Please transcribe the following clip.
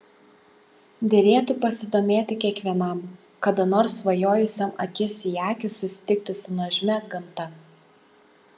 derėtų pasidomėti kiekvienam kada nors svajojusiam akis į akį susitikti su nuožmia gamta